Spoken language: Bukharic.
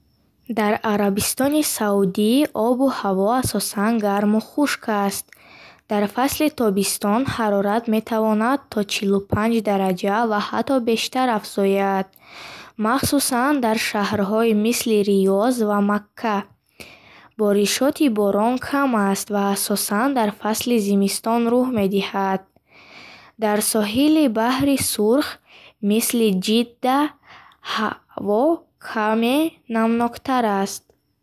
Дар Арабистони Саудӣ обу ҳаво асосан гарму хушк аст. Дар фасли тобистон ҳарорат метавонад то чилу панҷ дараҷа ва ҳатто бештар афзояд, махсусан дар шаҳрҳои мисли Риёз ва Макка. Боришоти борон кам аст ва асосан дар фасли зимистон рух медиҳад. Дар соҳили баҳри Сурх, мисли Ҷидда, ҳаво каме намноктар аст.